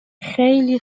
خیلی